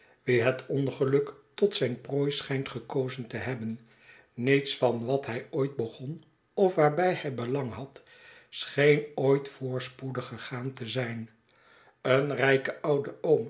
wie het ongeluk tot zijn prooi schijnt gekozen te hebben niets van wat hij ooit begon of waarbij hij belang had scheen ooit voorspoedig gegaan te zijn een rijke oude